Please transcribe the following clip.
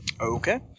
Okay